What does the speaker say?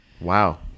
Wow